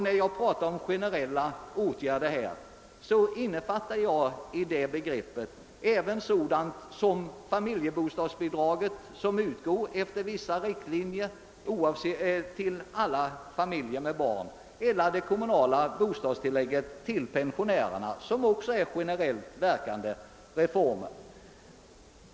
När jag talar om generella åtgärder innefattar jag däri t.ex. familjebostadsbidraget, som efter vissa riktlinjer utgår till alla barnfamiljer, och det kommunala bostadstillägget till pensionärerna, som också är ett generellt verkande stöd.